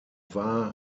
war